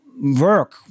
work